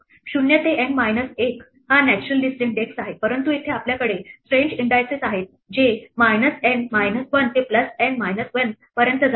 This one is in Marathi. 0 ते N minus 1 हा नॅचरल लिस्ट इंडेक्स आहे परंतु येथे आपल्याकडे स्ट्रेंज इंडायसेस आहेत जे minus N minus 1 ते plus N minus 1 पर्यंत जातात